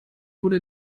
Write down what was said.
wurde